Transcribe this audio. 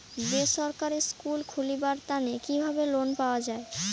বেসরকারি স্কুল খুলিবার তানে কিভাবে লোন পাওয়া যায়?